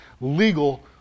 legal